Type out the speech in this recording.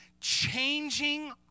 changing